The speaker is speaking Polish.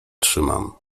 trzymam